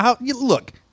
look